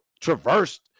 traversed